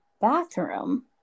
bathroom